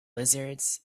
lizards